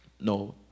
No